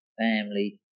family